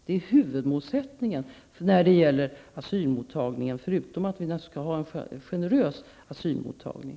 Det är huvudmålsättningen när det gäller asylmottagningen, förutom att vi naturligtvis skall ha en generös mottagning.